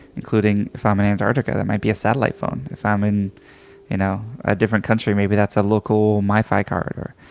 including if i'm in antarctica, that might be a satellite phone. if i'm in you know a different country, maybe that's a local mifi card.